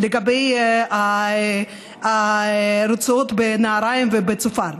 לגבי הרצועות בנהריים ובצופר.